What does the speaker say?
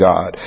God